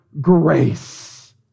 grace